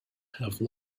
have